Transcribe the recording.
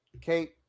Kate